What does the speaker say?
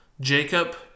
Jacob